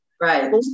Right